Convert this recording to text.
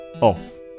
Off